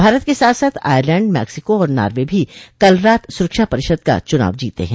भारत के साथ साथ आयरलैंड मैक्सिको और नॉर्वे भी कल रात सुरक्षा परिषद का चुना जीते हैं